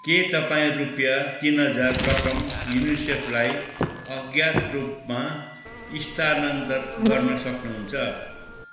के तपाईँ रुपियाँ तिन हजार रकम युनिसेफलाई अज्ञात रूपमा स्थानान्तर गर्न सक्नुहुन्छ